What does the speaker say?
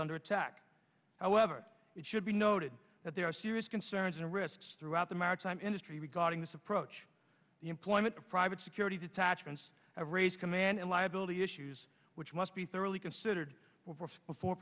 under attack however it should be noted that there are serious concerns and risks throughout the maritime industry regarding this approach the employment of private security detachments have raised command and liability issues which must be thoroughly considered before